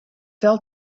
fell